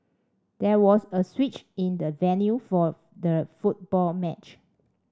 there was a switch in the venue for the football match